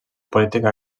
política